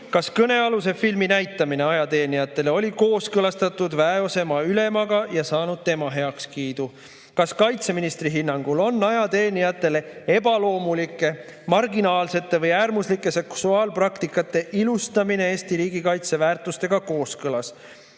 Kas kõnealuse filmi näitamine ajateenijatele oli kooskõlastatud väeosa ülemaga ja saanud tema heakskiidu? Kas kaitseministri hinnangul on ajateenijatele ebaloomulike, marginaalsete või äärmuslike seksuaalpraktikate ilustamine Eesti riigikaitse väärtustega kooskõlas?